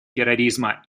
терроризма